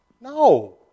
No